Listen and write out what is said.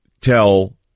tell